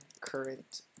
current